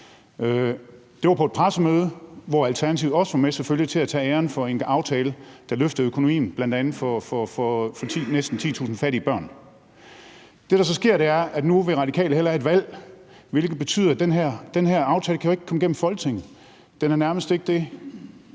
Det var på et pressemøde, hvor Alternativet selvfølgelig også var med til at tage æren for en aftale, der løftede økonomien bl.a. for næsten 10.000 fattige børn. Det, der så sker, er, at nu vil Radikale hellere have et valg, hvilket betyder, at den her aftale ikke kan komme igennem Folketinget. Den er nærmest ikke det